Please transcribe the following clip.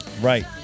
Right